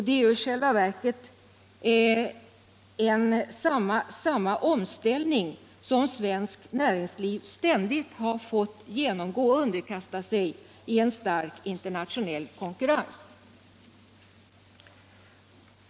Det är ju i själva verket samma omställning som svenskt näringsliv ständigt fått underkasta sig i en stark internationell konkurrens.